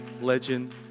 Legend